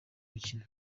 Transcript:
mukino